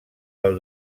del